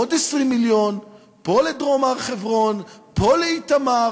עוד 20 מיליון, פה לדרום הר-חברון, פה לאיתמר.